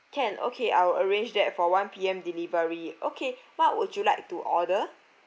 can okay I will arrange that for one P_M delivery okay what would you like to order